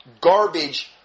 garbage